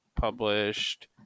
published